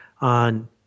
on